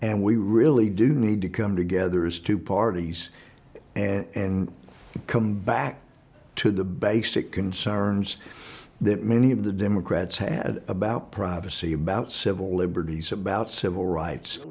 and we really do need to come together as two parties and come back to the basic concerns that many of the democrats had about privacy about civil liberties about civil rights